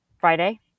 Friday